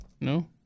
No